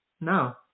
no